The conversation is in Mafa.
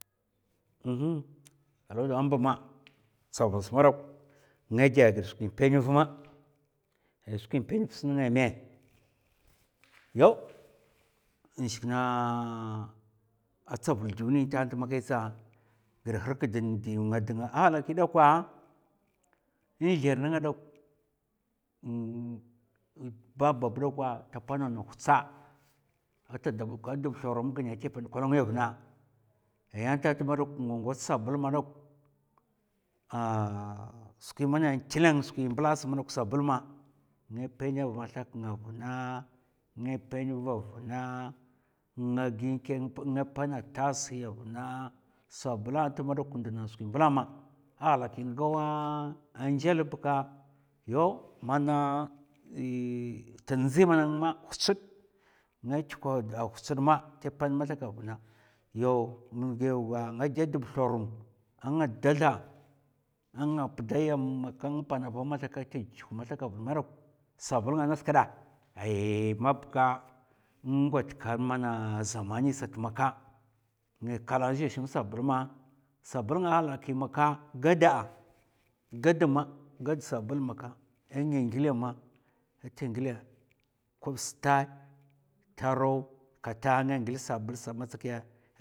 kalaw da am'mba ma tsavul smadok nga dɓghèd skwin pèn vma, ay skwin pèn vsa nènga mè? yaw in shik na a tsavul duni ntan ta ma kai tsa ghid harkad ndi nga dnga a halaki da kwa in zlèr nga dok ba bab dakwa ta pona ana hutsèd ata dana dab thorum ata pèn kolongi a vuna ai an ntant ma dok nga ngwats sabl ma dok skwi mana tlèng skwin mblas dok sabl ma. Nga pèn mathak nga a vna, nga pèn va vna, nga pèn tas hi a vna sabla nt in ndna skwin mbla ma a halaki ngawa zhèl bka yaw, mana è tndzi mana ngan ma hu'tsèd nga tkwè hu'tsèd ma tè pèn mathaka a vna yaw, gayauga nga dè dabb thorum a nga da tha a nga pda yam nga panava mathak tè juh mathaka vna madok sabl ngas kèdè, ai mab ka, in ngwadè kèna mana zamani sat maka nga kala za shim sabl ma. sabl nga a halaki gadd'a, gadd ma, gadd sabl maka a nga nglè'a ma a tè nglè kob stad taro kata a nga ngèl sabl sa amatsa kiya,